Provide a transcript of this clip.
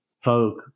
folk